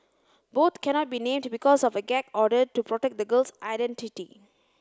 both cannot be named because of a gag order to protect the girl's identity